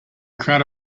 crowd